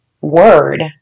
word